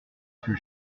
fut